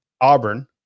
Auburn